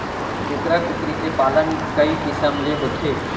कुकरा कुकरी के पालन कई किसम ले होथे